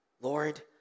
Lord